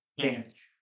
damage